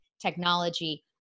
technology